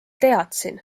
teadsin